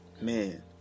man